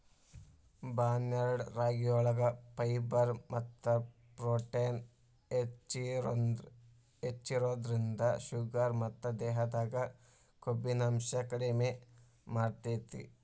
barnyard ರಾಗಿಯೊಳಗ fibre ಮತ್ತ protein ಹೆಚ್ಚಿರೋದ್ರಿಂದ ಶುಗರ್ ಮತ್ತ ದೇಹದಾಗ ಕೊಬ್ಬಿನಾಂಶ ಕಡಿಮೆ ಮಾಡ್ತೆತಿ